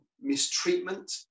mistreatment